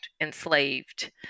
enslaved